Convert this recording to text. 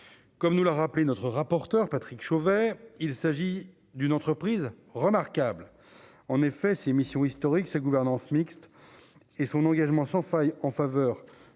comme nous l'a rappelé, notre rapporteur Patrick Chauvet, il s'agit d'une entreprise remarquables en effet ces missions historiques, sa gouvernance mixte et son engagement sans faille en faveur